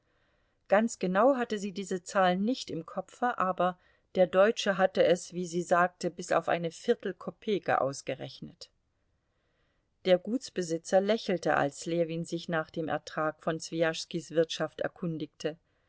ganz genau hatte sie diese zahl nicht im kopfe aber der deutsche hatte es wie sie sagte bis auf eine viertelkopeke ausgerechnet der gutsbesitzer lächelte als ljewin sich nach dem ertrag von swijaschskis wirtschaft erkundigte